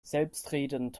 selbstredend